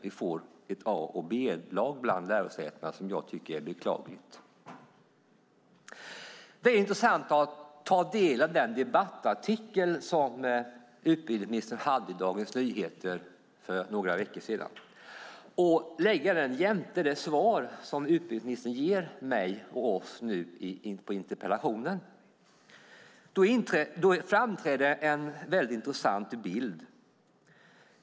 Vi får ett A och ett B-lag bland lärosätena, vilket jag tycker är beklagligt. Det är intressant att ta del av utbildningsministerns debattartikel i Dagens Nyheter för några veckor sedan och lägga den jämte det svar på interpellationen som utbildningsministern nu ger oss. Då framträder en intressant bild.